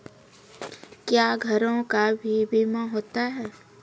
क्या घरों का भी बीमा होता हैं?